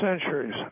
centuries